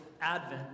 Advent